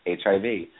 HIV